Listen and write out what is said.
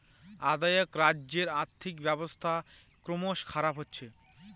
অ্দেআক রাজ্যের আর্থিক ব্যবস্থা ক্রমস খারাপ হচ্ছে